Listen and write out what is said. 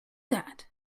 that